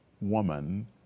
woman